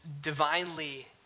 divinely